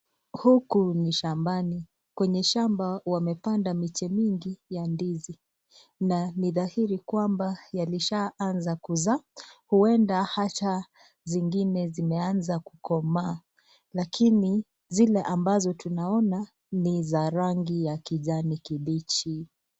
Huku ni shambani, kwenye shamba wamepanda miti mingi ya ndizi na ni dhairi kwamba yanesha anza kuzaa. Huenda hata zingine zimeanza kukomaa, lakini zile ambazo tunaona ni za rangi ya kijani kibichi.